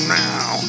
now